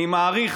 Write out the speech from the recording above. אני מעריך